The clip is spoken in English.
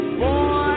boy